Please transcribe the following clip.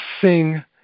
sing